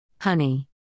Honey